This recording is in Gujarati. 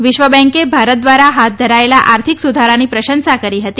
વિશ્વ બેંકે ભારત દ્વારા હાથ ધરાયેલા આર્થિક સુધારાની પ્રશંસા કરી હતી